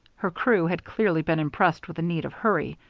her crew had clearly been impressed with the need of hurry,